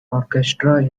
orchestra